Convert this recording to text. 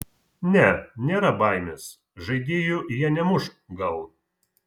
ne nėra baimės žaidėjų jie nemuš gal